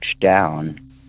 down